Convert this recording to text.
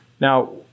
Now